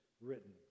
written